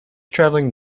traveling